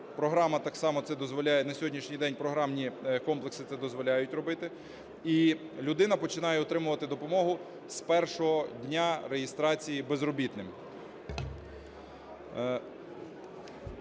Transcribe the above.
на сьогоднішній день програмні комплекси це дозволяють робити. І людина починає отримувати допомогу з першого дня реєстрації безробітним.